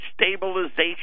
stabilization